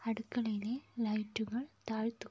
അടുക്കളയിലെ ലൈറ്റുകൾ താഴ്ത്തുക